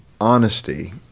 honesty